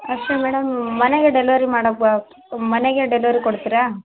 ಅಷ್ಟೇ ಮೇಡಮ್ ಮನೆಗೆ ಡೆಲವರಿ ಮಾಡಕ್ಕೆ ಬಾ ಮನೆಗೆ ಡೆಲವರಿ ಕೊಡ್ತೀರಾ